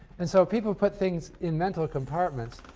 and so people put things in mental compartments,